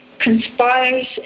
conspires